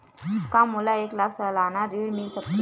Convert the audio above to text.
का मोला एक लाख सालाना ऋण मिल सकथे?